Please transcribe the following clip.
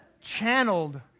channeled